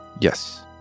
Yes